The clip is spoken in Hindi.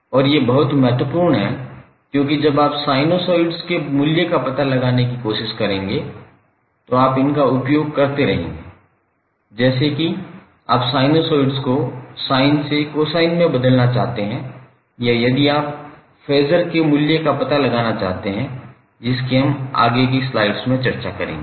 और ये बहुत महत्वपूर्ण हैं क्योंकि जब आप साइनसोइड्स के मूल्य का पता लगाने की कोशिश करेंगे तो आप इनका उपयोग करते रहेंगे जैसे कि आप साइनसोइड्स को sin से कोसाइन में बदलना चाहते हैं या यदि आप फेज़र के मूल्य का पता लगाना चाहते हैं जिसकी हम आगे की स्लाइड्स चर्चा करेंगे